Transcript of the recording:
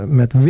met